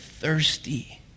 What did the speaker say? thirsty